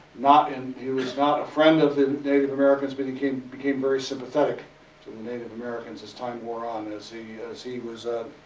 not, in. he was not a friend of the native americans. but he became became very sympathetic to the native americans as time wore on. as he, as he was